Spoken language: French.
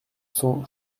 cents